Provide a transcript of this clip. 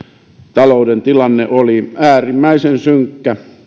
talouden tilanne oli äärimmäisen synkkä